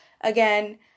again